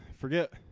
forget